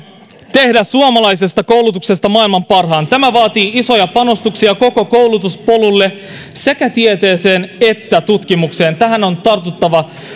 tehdä suomalaisesta koulutuksesta maailman parhaan tämä vaatii isoja panostuksia koko koulutuspolulle sekä tieteeseen että tutkimukseen tähän on tartuttava